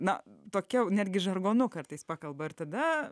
na tokia netgi žargonu kartais pakalba ir tada